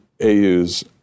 AU's